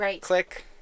click